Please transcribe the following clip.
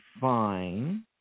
fine